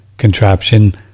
Contraption